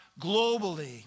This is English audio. globally